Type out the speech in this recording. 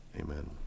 Amen